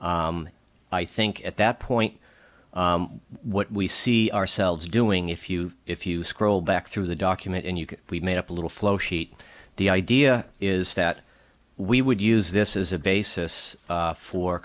i think at that point what we see ourselves doing if you if you scroll back through the document and you can we made up a little flow sheet the idea is that we would use this as a basis for